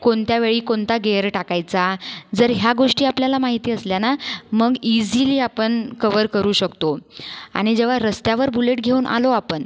कोणत्या वेळी कोणता गेअर टाकायचा जर ह्या गोष्टी आपल्याला माहिती असल्या ना मग इझीली आपण कव्हर करू शकतो आणि जेव्हा रस्त्यावर बुलेट घेऊन आलो आपण